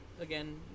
Again